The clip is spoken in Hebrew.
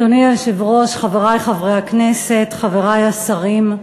אדוני היושב-ראש, חברי חברי הכנסת, חברי השרים,